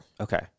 Okay